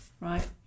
Right